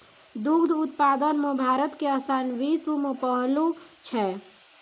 दुग्ध उत्पादन मॅ भारत के स्थान विश्व मॅ पहलो छै